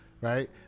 right